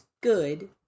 good